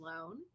alone